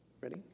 Ready